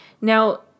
Now